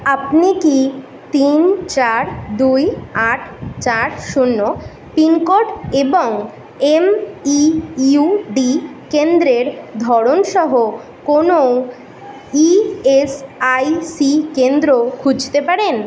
আপনি কি তিন চার দুই আট চার শূন্য পিনকোড এবং এমইইউডি কেন্দ্রের ধরনসহ কোনো ইএসআইসি কেন্দ্র খুঁজতে পারেন